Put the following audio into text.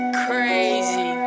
crazy